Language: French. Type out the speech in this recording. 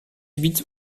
huit